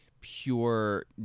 pure